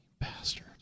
Bastard